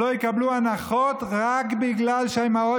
שלא יקבלו הנחות רק בגלל שהאימהות